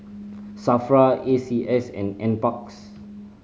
SAFRA A C S and Nparks